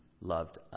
loved